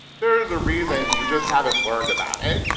there is a reason. you just haven't learned about it.